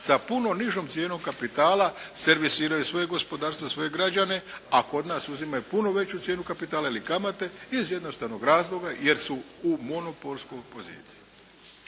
sa puno nižom cijenom kapitala servisiraju svoje gospodarstvo, svoje građane, a kod nas uzimaju puno veću cijenu kapitala ili kamate iz jednostavnog razloga jer su u monopolskoj poziciji.